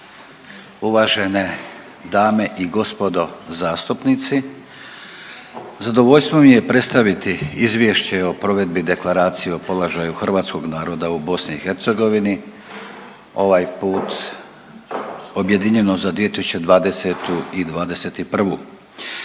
uvažene dame i gospodo zastupnici. Zadovoljstvo mi je predstaviti Izvješće o provedbi Deklaracije o položaju Hrvatskog naroda u BiH ovaj put objedinjeno za 2020. i 2021.